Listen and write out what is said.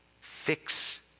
fix